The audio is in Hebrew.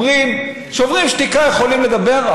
אומרים: שוברים שתיקה יכולים לדבר,